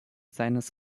seines